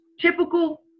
typical